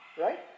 right